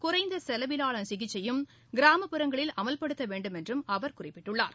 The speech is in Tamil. குறைந்த செலவிலான சிகிச்சையும் கிராமப்புறங்களில் அமல்படுத்த வேண்டுமென்றும் அவர் குறிப்பிட்டுள்ளார்